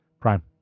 Prime